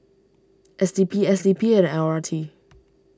S D P S D P and L R T